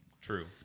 True